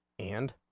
and